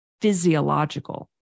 physiological